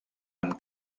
amb